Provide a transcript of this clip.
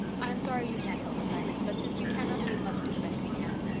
i am sorry you can't help us, irene, but since you cannot we must do the best we can.